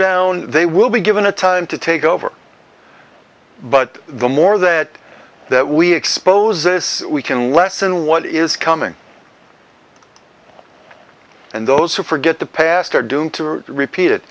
down they will be given a time to take over but the more that that we expose this we can lessen what is coming and those who forget the past are doomed to repeat it